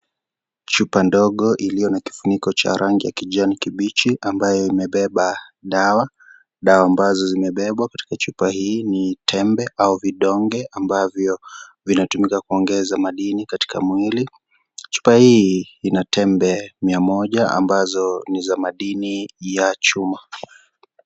Chupa ndogo iliyo na kifuniko cha rangi ya kijanikibichi ambayo imebeba dawa, dawa ambazo zimebebwa katika chupa hii ni tembe au vidonge ambavyo vinatumika kuongeza madini katika mwili, chupa hii ina tembe mia moja ambazo ni za madini ya chuma.